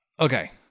okay